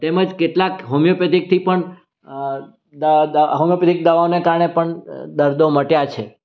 તેમજ કેટલાક હોમિયોપેથિકથી પણ હોમીઓપેથિક દવાઓને કારણે પણ દર્દો મટ્યાં છે